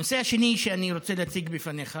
הנושא השני שאני רוצה להציג בפניך,